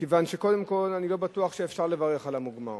מכיוון שקודם כול אני לא בטוח שאפשר לברך על המוגמר.